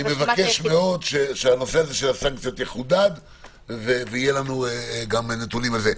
אני מבקש מאוד שהנושא של הסנקציות יחודד ויהיו לנו נתונים גם על זה.